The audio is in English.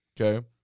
Okay